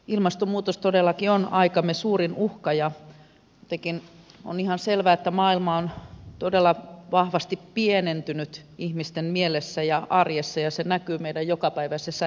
ilmastonmuutos todellakin on aikamme suurin uhka ja on ihan selvää että maailma on todella vahvasti pienentynyt ihmisten mielessä ja arjessa ja se näkyy meidän jokapäiväisessä elämässämme